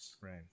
right